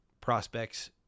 prospects